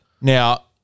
Now